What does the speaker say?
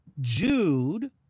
Jude—